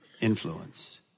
influence